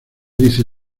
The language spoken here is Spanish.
dice